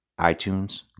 iTunes